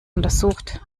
untersucht